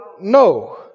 no